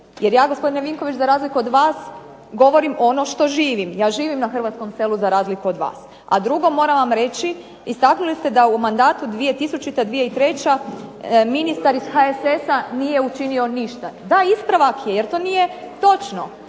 Jer ja gospodine Vinković za razliku od vas govorim ono što živim. Ja živim na hrvatskom selu za razliku od vas. A drugo, moram vam reći istaknuli ste da u mandatu 2000.-2003. ministar iz HSS-a nije učinio ništa. … /Upadica se ne razumije./…